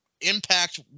Impact